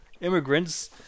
immigrants